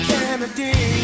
Kennedy